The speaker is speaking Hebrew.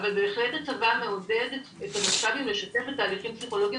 בהחלט הצבא מעודד את הצעירים לשתף בתהליכים פסיכולוגיים